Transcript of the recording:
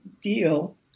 deal